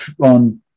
on